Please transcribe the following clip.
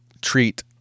treat